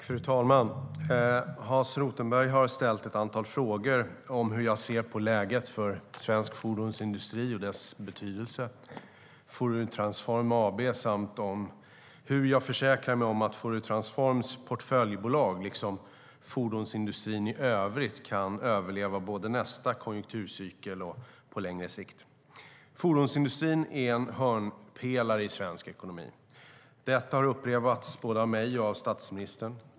Fru talman! Hans Rothenberg har ställt ett antal frågor om hur jag ser på läget för svensk fordonsindustri och dess betydelse, Fouriertransform AB samt om hur jag försäkrar mig om att Fouriertransforms portföljbolag, liksom fordonsindustrin i övrigt, kan överleva både nästa konjunkturcykel och på längre sikt. Fordonsindustrin är en hörnpelare i svensk ekonomi. Detta har upprepats både av mig och av statsministern.